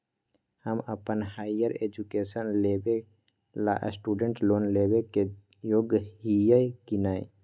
हम अप्पन higher education लेबे ला स्टूडेंट लोन लेबे के योग्य हियै की नय?